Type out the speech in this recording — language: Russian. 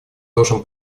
должен